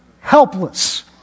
Helpless